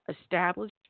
established